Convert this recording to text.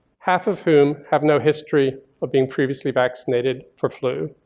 half of whom have no history of being previously vaccinated for flu.